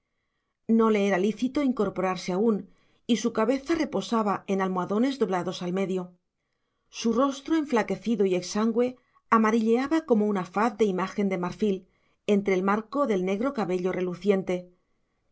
no le era lícito incorporarse aún y su cabeza reposaba en almohadones doblados al medio su rostro enflaquecido y exangüe amarilleaba como una faz de imagen de marfil entre el marco del negro cabello reluciente